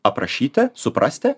aprašyti suprasti